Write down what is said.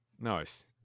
Nice